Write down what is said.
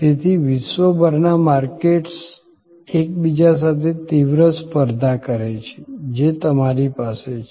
તેથી વિશ્વભરના માર્કેટર્સ એકબીજા સાથે તીવ્ર સ્પર્ધા કરે છે જે તમારી પાસે છે